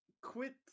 quit